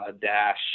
dash